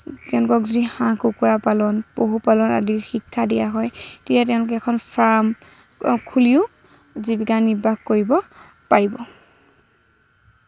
তেওঁলোকক যদি হাঁহ কুকুৰা পালন পশুপালন আদিৰ শিক্ষা দিয়া হয় তেতিয়া তেওঁলোকে এখন ফাৰ্ম খুলিও জীৱিকা নিৰ্বাহ কৰিব পাৰিব